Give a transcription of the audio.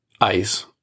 ICE